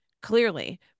clearly